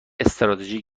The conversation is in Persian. استراتژی